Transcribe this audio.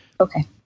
Okay